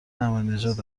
احمدینژاد